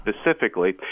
specifically